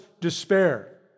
despair